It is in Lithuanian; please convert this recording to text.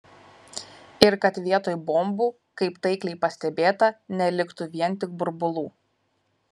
ir kad vietoj bombų kaip taikliai pastebėta neliktų vien tik burbulų